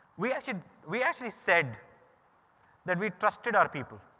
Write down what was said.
we actually we actually said that we trusted our people.